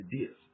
ideas